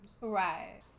Right